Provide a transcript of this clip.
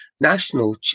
national